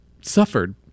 suffered